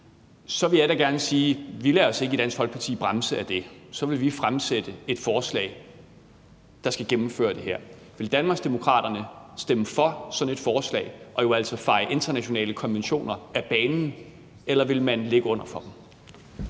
så vil jeg da gerne sige, at vi ikke lader os bremse af det i Dansk Folkeparti. Så vil vi fremsætte et forslag, der skal gennemføre det her. Vil Danmarksdemokraterne stemme for sådan et forslag og jo altså feje internationale konventioner af banen, eller vil man ligge under for dem?